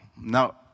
Now